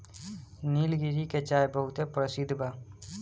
निलगिरी के चाय बहुते परसिद्ध बा